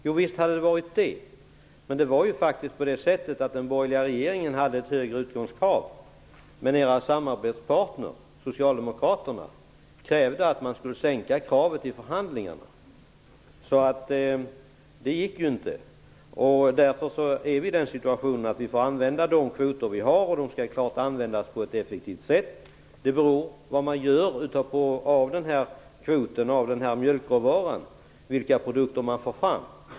Jo, visst hade det varit bättre. Den borgerliga regeringen hade också ett högre utgångskrav, men Vänsterpartiets samarbetspartner Socialdemokraterna begärde att man skulle sänka kravet i förhandlingarna. Det gick alltså inte att få högre kvoter. Därför får vi använda de kvoter vi har på ett effektivt sätt. Vilka produkter man får fram beror på vad man gör av mjölkråvaran.